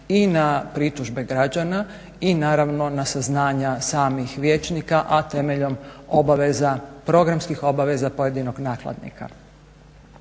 i na pritužbe građana i naravno na saznanja samih vijećnika, a temeljem obaveza, programskih obaveza pojedinog nakladnika.